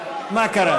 מה קרה?